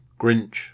Grinch